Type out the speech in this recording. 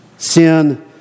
Sin